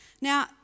Now